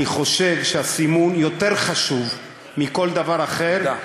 אני חושב שהסימון חשוב יותר מכל דבר אחר, תודה.